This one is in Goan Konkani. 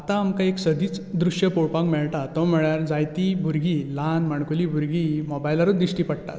आता आमकां एक सदींच दृश्य पळोवपाक मेळटा तो म्हण्यार जायती भुरगीं ल्हान माणकूली भुरगीं मोबायलारूच दिश्टी पडटात